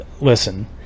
listen